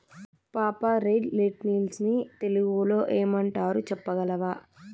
పాపా, red lentils ని తెలుగులో ఏమంటారు చెప్పగలవా